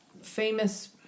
famous